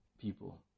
People